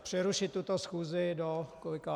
Přerušit tuto schůzi do kolikátého?